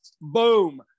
Boom